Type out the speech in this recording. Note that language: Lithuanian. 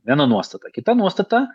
viena nuostata kita nuostata